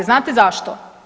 Znate zašto?